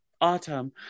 autumn